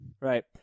right